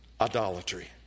idolatry